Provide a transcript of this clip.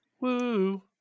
woo